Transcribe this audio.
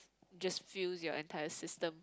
just fills your entire system